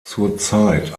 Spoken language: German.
zurzeit